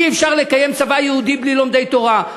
אי-אפשר לקיים צבא יהודי בלי לומדי תורה.